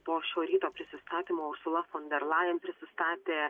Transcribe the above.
po šio ryto prisistatymo ursula fon der lajen prisistatė